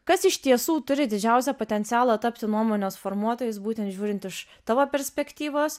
kas iš tiesų turi didžiausią potencialą tapti nuomonės formuotojais būtent žiūrint iš tavo perspektyvos